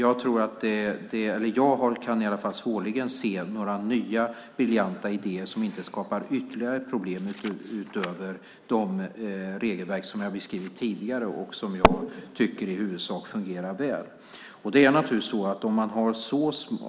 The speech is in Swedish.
Utöver de regelverk som jag har beskrivit tidigare och som jag tycker fungerar i huvudsak väl kan jag svårligen se några nya briljanta idéer som inte skapar ytterligare problem.